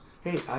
Hey